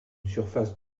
surface